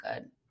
good